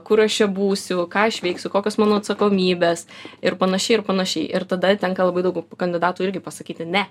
kur aš čia būsiu ką aš veiksiu kokios mano atsakomybės ir panašiai ir panašiai ir tada tenka labai daug kandidatų irgi pasakyti ne